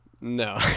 No